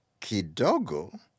Kidogo